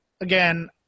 again